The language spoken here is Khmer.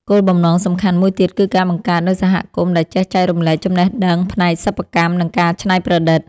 គោលបំណងសំខាន់មួយទៀតគឺការបង្កើតនូវសហគមន៍ដែលចេះចែករំលែកចំណេះដឹងផ្នែកសិប្បកម្ម និងការច្នៃប្រឌិត។